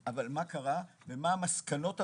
אבל מה קרה ומה המסקנות הראשונות,